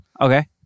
Okay